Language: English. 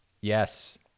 Yes